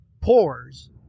pores